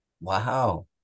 Wow